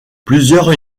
plusieurs